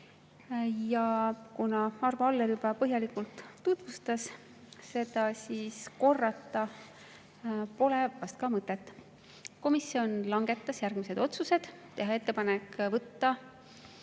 Kuna Arvo Aller juba põhjalikult tutvustas seda, siis korrata pole vast mõtet. Komisjon langetas järgmised otsused: teha ettepanek võtta